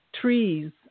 trees